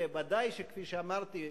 וודאי שכפי שאני אמרתי,